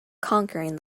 conquering